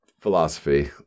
philosophy